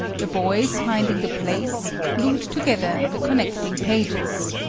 the boys, finding the place, glued together the connecting pages.